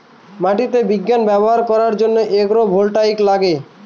মাটিতে বিজ্ঞান ব্যবহার করার জন্য এগ্রো ভোল্টাইক লাগে